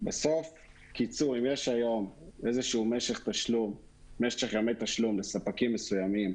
אם יש היום איזשהו משך ימי תשלום לספקים מסוימים,